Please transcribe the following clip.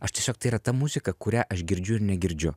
aš tiesiog tai yra ta muzika kurią aš girdžiu ir negirdžiu